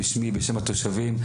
בשמי ובשם התושבים,